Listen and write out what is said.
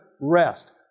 rest